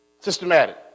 Systematic